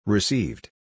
Received